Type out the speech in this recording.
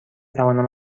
توانم